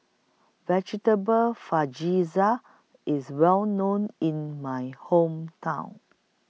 Vegetable IS Well known in My Hometown